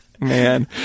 Man